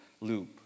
loop